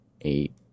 eight